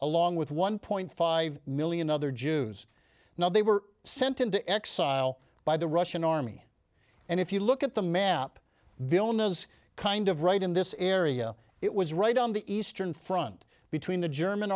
along with one point five million other jews now they were sent into exile by the russian army and if you look at the map vilma's kind of right in this area it was right on the eastern front between the german